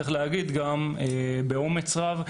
צריך להגיד גם באומץ רב,